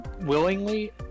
willingly